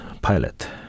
pilot